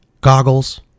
Goggles